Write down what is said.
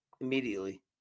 immediately